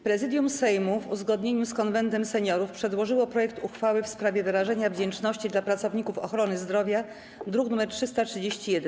Prezydium Sejmu, w uzgodnieniu z Konwentem Seniorów, przedłożyło projekt uchwały w sprawie wyrażenia wdzięczności dla pracowników ochrony zdrowia, druk nr 331.